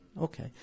okay